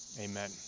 Amen